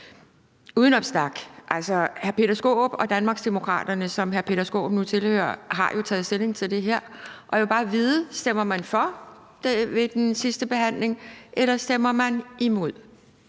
Altså, hr. Peter Skaarup og Danmarksdemokraterne, som hr. Peter Skaarup nu tilhører, har jo taget stilling til det her, og jeg vil bare vide, om man ved sidstebehandlingen stemmer for det,